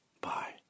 bye